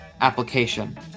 Application